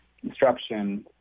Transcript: construction